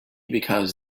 because